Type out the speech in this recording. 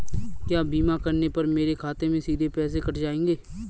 क्या बीमा करने पर मेरे खाते से सीधे पैसे कट जाएंगे?